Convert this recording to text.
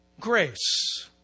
grace